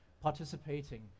participating